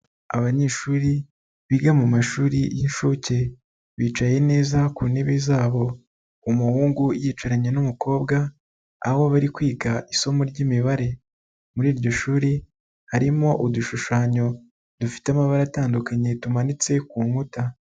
Abanyeshuri biga mu mashuri y'inshuke, bicaye neza ku ntebe zabo, umuhungu yicaranye n'umukobwa aho bari kwiga isomo ryimibare, muri iryo shuri harimo udushushanyo dufite amabara atandukanye tumanitse ku nkuta.